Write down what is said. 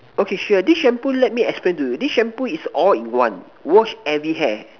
okay sure this shampoo let me explain to you this shampoo is all in one wash every hair